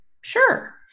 sure